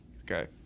Okay